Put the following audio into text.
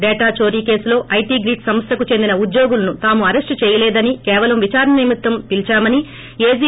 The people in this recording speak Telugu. డేటా చోరీ కేసులో ఐటీ గ్రిడ్స్ సంస్థకు చెందిన ఉద్యోగులను తాము అరెస్ట్ చేయలేదని కేవలం విచారణ నిమిత్తం పీలీచామని ఏజీ